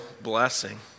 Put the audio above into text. blessing